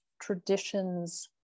traditions